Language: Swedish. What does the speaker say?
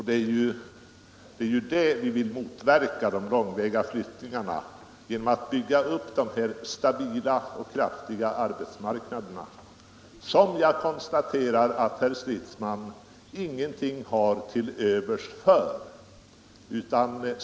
Det är ju de långväga flyttningarna vi vill motverka genom att bygga upp stabila arbetsmarknader, men jag konstaterar att dem har herr Stridsman ingenting till övers för.